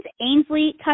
Ainsley